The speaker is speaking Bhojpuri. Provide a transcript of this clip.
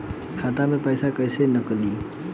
खाता से पैसा कैसे नीकली?